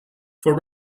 for